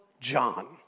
John